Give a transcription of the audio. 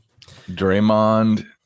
Draymond